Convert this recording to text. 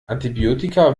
antibiotika